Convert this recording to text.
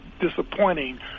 disappointing